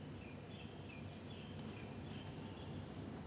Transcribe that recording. !wah! you see at least got at least got one person who got brains